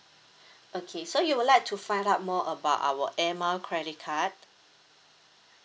okay so you would like to find out more about our air mile credit card